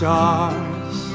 Stars